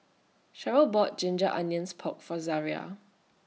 Cherrelle bought Ginger Onions Pork For Zaria